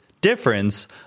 difference